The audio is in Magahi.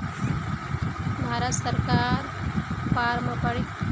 भारत सरकार पारम्परिक